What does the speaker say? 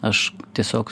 aš tiesiog